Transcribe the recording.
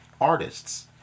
Artists